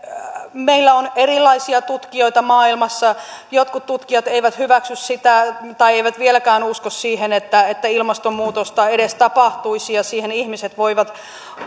meillä on erilaisia tutkijoita maailmassa jotkut tutkijat eivät hyväksy tai eivät vieläkään usko siihen että että ilmastonmuutosta edes tapahtuisi ja siihen ihmiset voivat